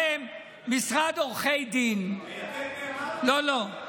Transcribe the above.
משרד עורכי דין, יתד נאמן או, לא, לא.